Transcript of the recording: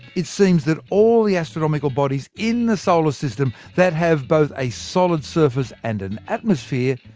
it seems that all the astronomical bodies in the solar system that have both a solid surface and an atmosphere,